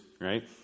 right